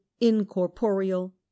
incorporeal